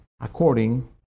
according